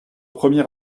premier